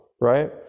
right